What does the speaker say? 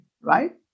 right